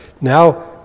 Now